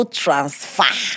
transfer